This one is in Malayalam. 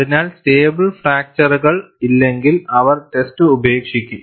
അതിനാൽ സ്റ്റേബിൾ ഫ്രാക്ചർകൾ ഇല്ലെങ്കിൽ അവർ ടെസ്റ്റ് ഉപേക്ഷിക്കും